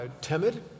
timid